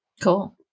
Cool